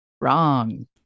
Wrong